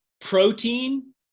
protein